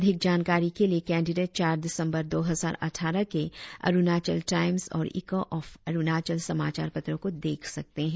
अधिक जानकारी के लिए केंडिडेट चार दिसंबर दो हजार अटठारह के अरुणाचल टाईम्स और इको ऑफ अरुणाचल समाचार पत्रों को देख सकते है